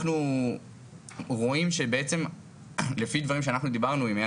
אנחנו רואים שבעצם לפי דברים שאנחנו דיברנו עם אייל